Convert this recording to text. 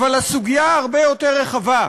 אבל הסוגיה הרבה יותר רחבה,